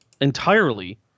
entirely